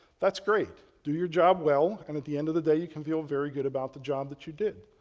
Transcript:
that's great. do your job well and at the end of the day you can feel very good about the job that you did,